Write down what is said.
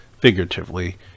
figuratively